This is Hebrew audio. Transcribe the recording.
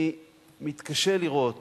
אני מתקשה לראות